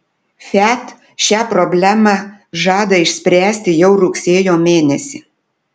fiat šią problemą žada išspręsti jau rugsėjo mėnesį